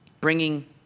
bringing